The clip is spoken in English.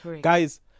Guys